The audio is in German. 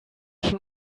schon